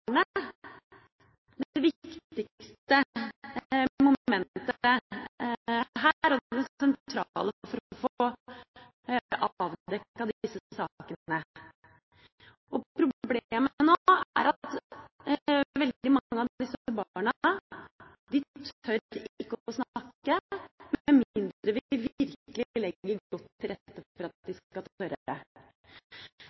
viktigste momentet her og det sentrale for å få avdekket disse sakene. Problemet nå er at veldig mange av disse barna ikke tør å snakke, med mindre vi virkelig legger godt til rette for at de